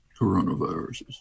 coronaviruses